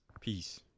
Peace